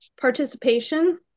Participation